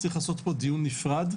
צריך לעשות פה דיון נפרד,